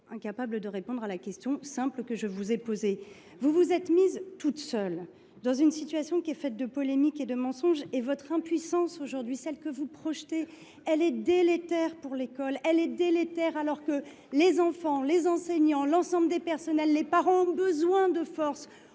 incapable de répondre à la question simple que je vous ai posée. Vous vous êtes mise toute seule dans une situation faite de polémiques et de mensonges. L’impuissance que vous projetez aujourd’hui est délétère pour l’école, alors que les enfants, les enseignants, l’ensemble des personnels, les parents, ont besoin de force